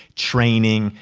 training,